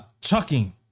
Chucking